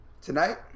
Tonight